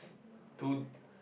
to